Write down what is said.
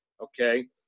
okay